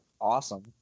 awesome